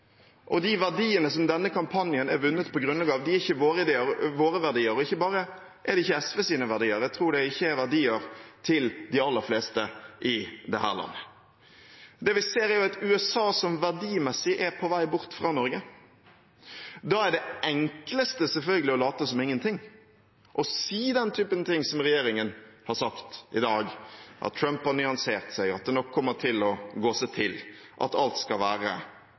og de verdiene som denne kampanjen er vunnet på grunnlag av, er ikke våre verdier. Ikke bare er det slik at det ikke er SVs verdier – jeg tror det heller ikke er verdiene til de aller fleste i dette landet. Det vi ser, er et USA som verdimessig er på vei bort fra Norge. Da er det enkleste selvfølgelig å late som ingenting og si den typen ting som regjeringen har sagt i dag, at Trump har nyansert seg, at det nok kommer til å gå seg til, og at alt skal være